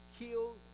killed